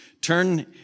Turn